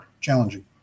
challenging